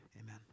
Amen